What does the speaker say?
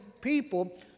people